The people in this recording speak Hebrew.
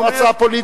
זו הצעה פוליטית.